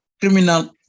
criminal